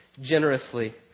generously